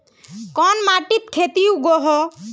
कोन माटित खेती उगोहो?